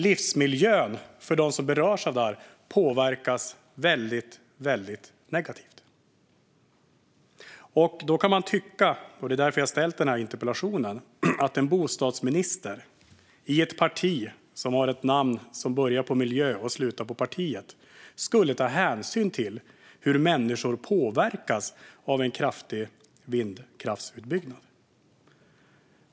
Livsmiljön påverkas väldigt negativt. Man kan tycka - det är därför jag har ställt den här interpellationen - att en bostadsminister som tillhör ett parti vars namn börjar på miljö och slutar på partiet skulle ta hänsyn till hur människor påverkas av en kraftig vindkraftsutbyggnad.